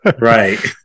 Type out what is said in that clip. Right